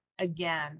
again